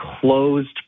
closed